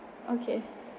okay